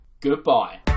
goodbye